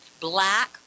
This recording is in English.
black